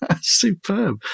Superb